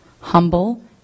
humble